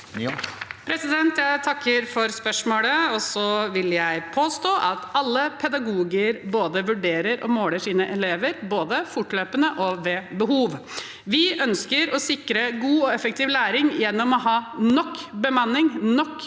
Jeg takker for spørsmålet. Jeg vil påstå at alle pedagoger vurderer og måler sine elever både fortløpende og ved behov. Vi ønsker å sikre god og effektiv læring gjennom å ha nok bemanning, nok lærere,